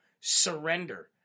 surrender